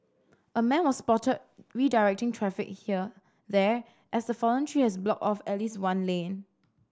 a man was spotted redirecting traffic here there as the fallen tree has blocked off at least one lane